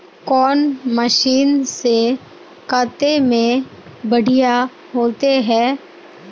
कौन मशीन से कते में बढ़िया होते है?